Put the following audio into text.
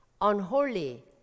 unholy